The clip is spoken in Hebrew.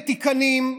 ותיקי-תיקנים.